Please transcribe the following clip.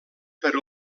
per